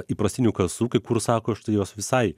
įprastinių kasų kaip kur sako štai jos visai